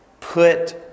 Put